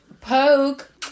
Poke